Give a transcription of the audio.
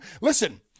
Listen